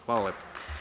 Hvala lepo.